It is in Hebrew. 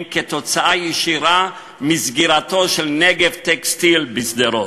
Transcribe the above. כתוצאה ישירה מסגירתו של "נגב טקסטיל" בשדרות,